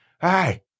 Hey